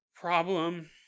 problem